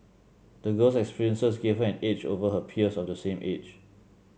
the girl's experiences gave her an edge over her peers of the same age